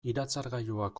iratzargailuak